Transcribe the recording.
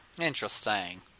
interesting